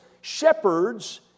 shepherds